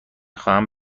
خواهم